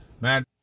man